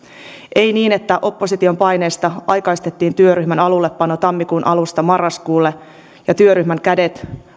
ei niin että opposition paineesta aikaistettiin työryhmän alullepano tammikuun alusta marraskuulle ja työryhmän kädet